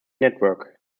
network